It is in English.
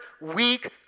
weak